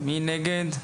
מי נגד?